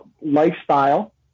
lifestyle